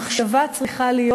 המחשבה צריכה להיות